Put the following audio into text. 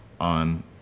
on